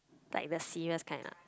like the serious kind ah